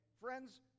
Friends